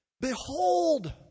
Behold